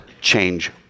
change